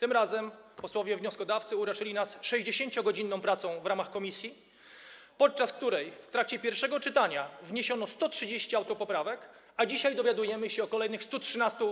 Tym razem posłowie wnioskodawcy uraczyli nas 60-godzinną pracą w ramach komisji, podczas której w trakcie pierwszego czytania wniesiono 130 autopoprawek, a dzisiaj dowiadujemy się o kolejnych 113